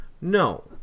No